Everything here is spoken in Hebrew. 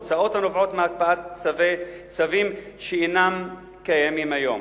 הוצאות הנובעות מהקפאת צווים שאינם קיימים היום.